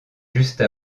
juste